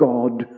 God